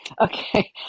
Okay